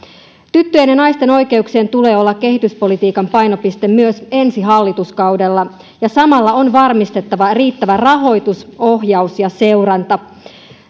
tyttöjen ja naisten oikeuksien tulee olla kehityspolitiikan painopiste myös ensi hallituskaudella ja samalla on varmistettava riittävä rahoitus ohjaus ja seuranta